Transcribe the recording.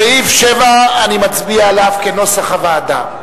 סעיף 7, אני מצביע עליו כנוסח הוועדה.